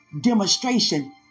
demonstration